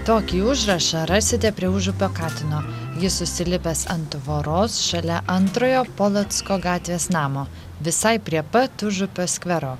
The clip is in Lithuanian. tokį užrašą rasite prie užupio katino jis užsilipęs ant tvoros šalia antrojo polocko gatvės namo visai prie pat užupio skvero